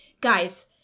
guys